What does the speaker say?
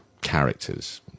characters